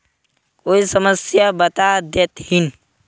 कोई समस्या बता देतहिन?